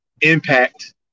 impact